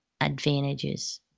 advantages